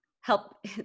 help